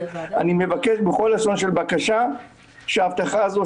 אני מבקש בכל לשון של בקשה שההבטחה הזאת